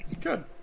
Good